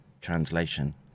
translation